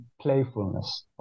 playfulness